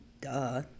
Duh